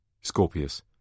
Scorpius